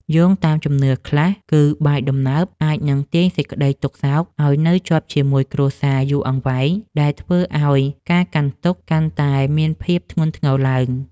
យោងតាមជំនឿខ្លះ គឺ បាយដំណើបអាចនឹងទាញសេចក្តីទុក្ខសោកឱ្យនៅជាប់ជាមួយគ្រួសារយូរអង្វែងដែលធ្វើឱ្យការកាន់ទុក្ខកាន់តែមានភាពធ្ងន់ធ្ងរឡើង។